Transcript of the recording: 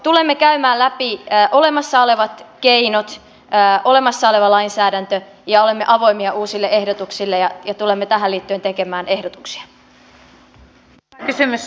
tulemme käymään läpi olemassa olevat keinot olemassa olevan lainsäädännön ja olemme avoimia uusille ehdotuksille ja tulemme tähän liittyen tekemään ehdotuksia